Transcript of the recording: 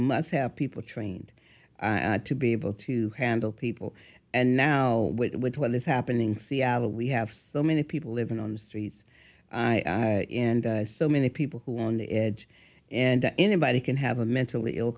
must have people trained to be able to handle people and now with what is happening seattle we have so many people living on the streets and so many people who are on the edge and anybody can have a mentally ill